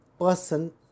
person